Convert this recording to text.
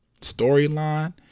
storyline